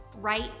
right